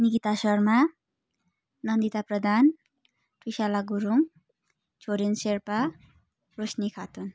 Nikita Sharma Nandita Pradhan Trishala Gurung Choden Sherpa Rosani Khatun